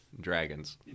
Dragons